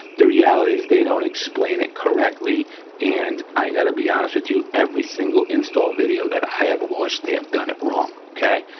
the reality is they don't explain it correctly and i gotta be honest with you, every single install video that i have watched they have done it wrong, okay.